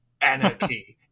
anarchy